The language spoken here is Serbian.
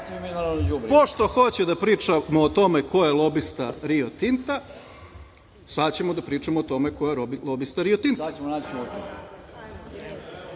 Pošto hoće da priča o tome ko je lobista Rio Tinta, sad ćemo da pričamo ko je lobista Rio Tinta. Ovako,